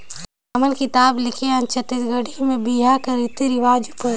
हमन किताब लिखे हन छत्तीसगढ़ी में बिहा कर रीति रिवाज उपर